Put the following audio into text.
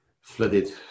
flooded